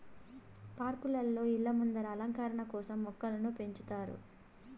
పార్కులలో, ఇళ్ళ ముందర అలంకరణ కోసం మొక్కలను పెంచుతారు